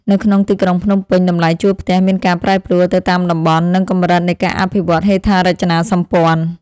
នៅក្នុងទីក្រុងភ្នំពេញ តម្លៃជួលផ្ទះមានការប្រែប្រួលទៅតាមតំបន់ និងកម្រិតនៃការអភិវឌ្ឍន៍ហេដ្ឋារចនាសម្ព័ន្ធ។